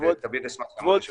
תמיד אשמח לעמוד לשירותכם.